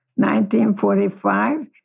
1945